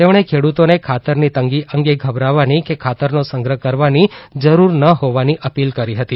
તેમણે ખેડૂતોને ખાતરની તંગી અંગે ગભરાવવાની કે ખાતરનો સંગ્રહ કરવાની જરૂર ન હોવાની અપીલ કરી હતી